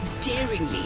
daringly